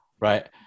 right